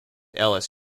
elis